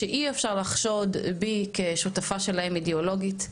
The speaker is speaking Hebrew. שאי אפשר לחשוד בי כשותפה שלהם אידיאולוגית,